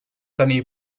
tenir